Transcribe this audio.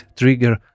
Trigger